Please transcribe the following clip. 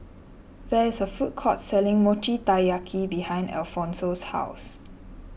there is a food court selling Mochi Taiyaki behind Alphonso's house